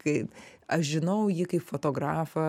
kai aš žinau jį kaip fotografą